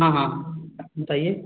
हाँ हाँ बताइए